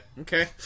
okay